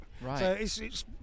Right